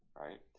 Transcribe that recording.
right